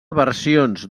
versions